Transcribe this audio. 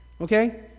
Okay